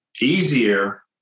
easier